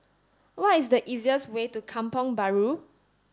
what is the easiest way to Kampong Bahru